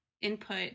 input